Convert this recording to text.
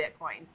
Bitcoin